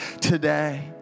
today